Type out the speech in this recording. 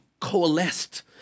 coalesced